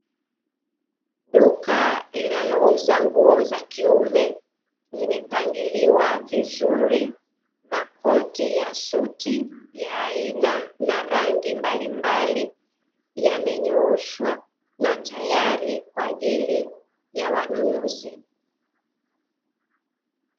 Duka linalouza nguo za kiume zimepangiliwa vizuri, makoti ya suti ya aina na rangi mbalimbali yamenyooshwa na tayari kwaajili ya wanunuzi.